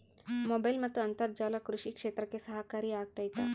Mobile ಮತ್ತು ಅಂತರ್ಜಾಲ ಕೃಷಿ ಕ್ಷೇತ್ರಕ್ಕೆ ಸಹಕಾರಿ ಆಗ್ತೈತಾ?